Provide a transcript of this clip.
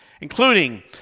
including